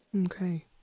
Okay